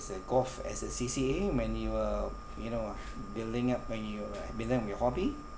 as a golf as a C_C_A when you uh you know uh building when you uh build up your hobby